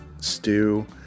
stew